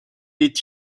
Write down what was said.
est